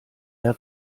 der